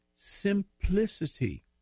simplicity